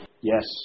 Yes